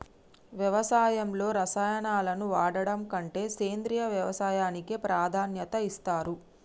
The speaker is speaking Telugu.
వ్యవసాయంలో రసాయనాలను వాడడం కంటే సేంద్రియ వ్యవసాయానికే ప్రాధాన్యత ఇస్తరు